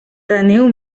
teniu